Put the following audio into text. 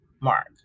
mark